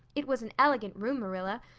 it was an elegant room, marilla,